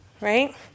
right